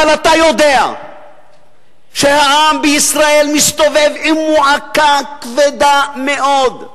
אבל אתה יודע שהעם בישראל מסתובב עם מועקה כבדה מאוד.